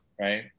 right